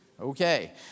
okay